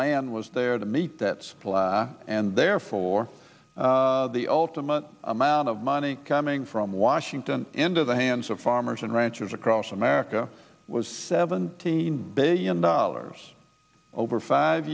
mand was there to meet that's and therefore the ultimate amount of money coming from washington into the hands of farmers and ranchers across america was seventeen billion dollars over five